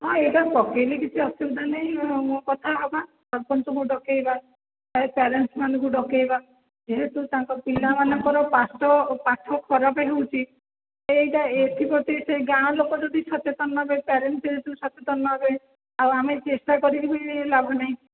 ହଁ ଏଇଟା ପକାଇଲେ କିଛି ଅସୁବିଧା ନାହିଁ କଥା ହେବା ସରପଞ୍ଚଙ୍କୁ ଡକାଇବା ଆଉ ପ୍ୟରେନ୍ସମାନଙ୍କୁ ଡକାଇବା ଯେହେତୁ ତାଙ୍କ ପିଲାମାଙ୍କର ପାଠ ଓ ପାଠ ଖରାପ ହେଉଛି ତ ଏଇଟା ଏଥିପ୍ରତି ସେଇ ଗାଁ ଲୋକ ଯଦି ସଚେତନ ନ ହେବେ ପ୍ୟରେନ୍ସ ଯଦି ସଚେତନ ନ ରହିବେ ଆଉ ଆମେ ଚେଷ୍ଟା କରିକି ବି ଲାଭ ନାହିଁ